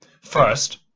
First